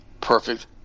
perfect